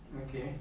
okay